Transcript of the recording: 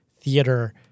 theater